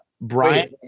Brian